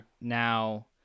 now